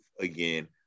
again